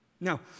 Now